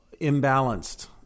imbalanced